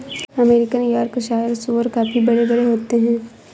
American Yorkshire सूअर काफी बड़े बड़े होते हैं